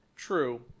True